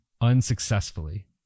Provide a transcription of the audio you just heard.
unsuccessfully